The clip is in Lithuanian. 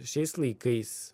šiais laikais